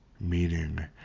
Meaning